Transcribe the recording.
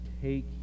take